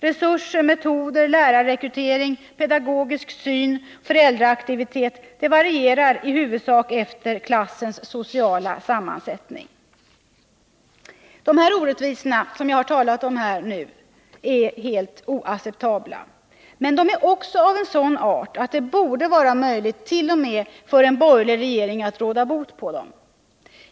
Resurser, metoder, lärarrekrytering, pedagogisk syn, föräldraaktivitet varierar i huvudsak efter klassens sociala sammansättning. De orättvisor som jag har talat om här är oacceptabla. Men de är också av en sådan art att det borde vara möjligt t.o.m. för en borgerlig regering att råda bot på dem.